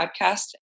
podcast